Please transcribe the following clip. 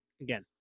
again